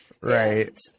Right